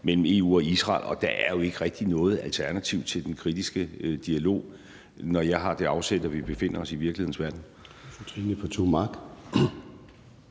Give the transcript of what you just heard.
mellem EU og Israel, og der er jo ikke rigtig noget alternativ til den kritiske dialog, når jeg har det afsæt, at vi befinder os i virkelighedens verden.